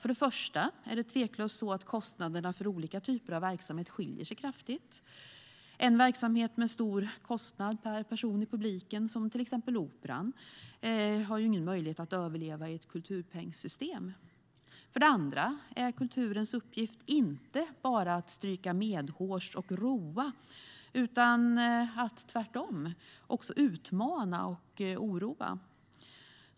För det första är det tveklöst så att kostnaderna för olika typer av verksamheter skiljer sig kraftigt. En verksamhet med hög kostnad per person i publiken, till exempel Operan, har ju ingen möjlighet att överleva i ett kulturpengsystem. För det andra är kulturens uppgift inte bara att stryka medhårs och roa utan att tvärtom utmana och oroa.